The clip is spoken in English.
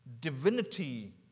divinity